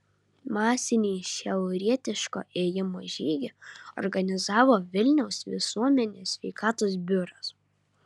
masinį šiaurietiško ėjimo žygį organizavo vilniaus visuomenės sveikatos biuras